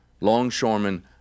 Longshoremen